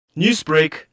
Newsbreak